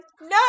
no